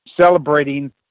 celebrating